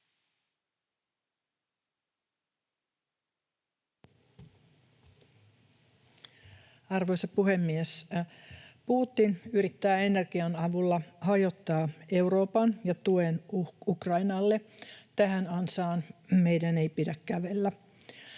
Arvoisa puhemies! Putin yrittää energian avulla hajottaa Euroopan ja tuen Ukrainalle. Tähän ansaan meidän ei pidä kävellä.